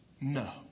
No